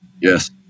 Yes